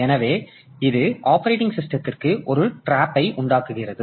எனவே இது ஆப்பரேட்டிங் சிஸ்டத்திற்கு ஒரு டிராப்யை உண்டாக்குகிறது